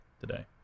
today